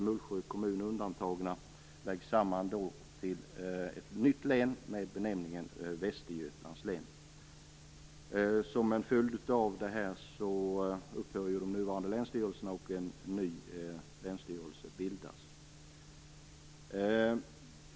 Mullsjö kommuner undantagna, läggs samman till ett nytt län med benämningen Västergötlands län. Som en följd av detta upphör de nuvarande länsstyrelserna och en ny länsstyrelse bildas.